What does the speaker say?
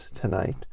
Tonight